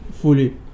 Fully